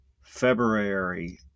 February